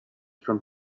from